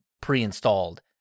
pre-installed